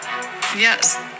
Yes